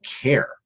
care